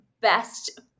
best